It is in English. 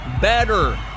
better